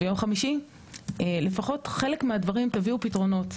ביום חמישי, לפחות חלק מהדברים תביאו פתרונות,